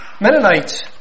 Mennonites